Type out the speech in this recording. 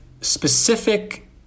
specific